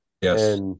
Yes